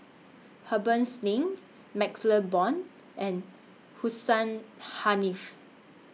Harbans Ning MaxLe Blond and Hussein Haniff